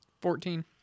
Fourteen